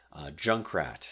Junkrat